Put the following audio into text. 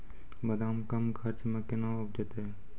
बादाम कम खर्च मे कैना उपजते?